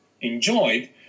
enjoyed